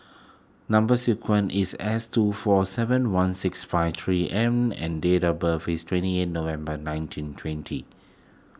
Number Sequence is S two four seven one six five three M and date of birth is twenty November nineteen twenty